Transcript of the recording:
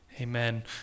amen